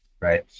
Right